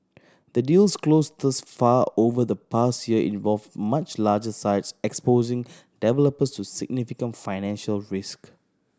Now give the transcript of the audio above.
the deals closed thus far over the past year involved much larger sites exposing developers to significant financial risk